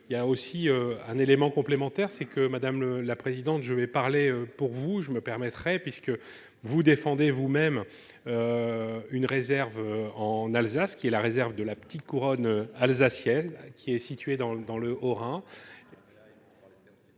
il y a aussi un élément complémentaire c'est que Madame le la présidente, je vais parler pour vous, je me permettrais puisque vous défendez vous-même une réserve en Alsace qui est la réserve de la petite couronne alsacienne qui est située dans le dans